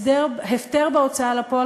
הפטר בהוצאה לפועל,